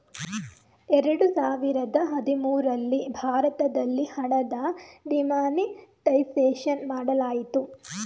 ಎರಡು ಸಾವಿರದ ಹದಿಮೂರಲ್ಲಿ ಭಾರತದಲ್ಲಿ ಹಣದ ಡಿಮಾನಿಟೈಸೇಷನ್ ಮಾಡಲಾಯಿತು